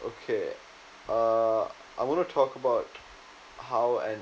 okay uh I wanna talk about how and